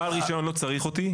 דבר ראשון, לא צריך אותי.